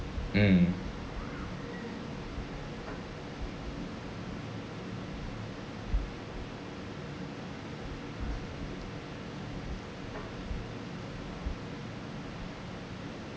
mm